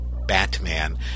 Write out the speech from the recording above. batman